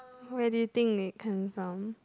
where do you think it came from